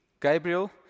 Gabriel